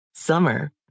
Summer